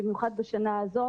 במיוחד בשנה הזו.